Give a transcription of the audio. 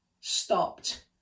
stopped